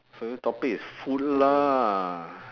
favourite topic is food lah